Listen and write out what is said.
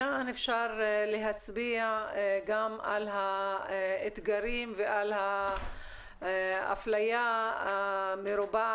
מכאן אפשר להצביע גם על האתגרים ועל האפליה המרובה